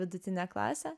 vidutine klase